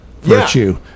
virtue